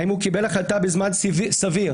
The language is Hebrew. האם הוא קיבל החלטה בזמן סביר,